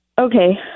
Okay